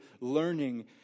learning